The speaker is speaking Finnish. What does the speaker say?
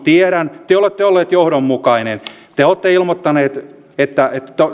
tiedän te olette olleet johdonmukaisia te olette ilmoittaneet että